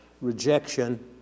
rejection